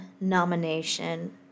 nomination